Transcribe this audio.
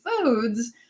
foods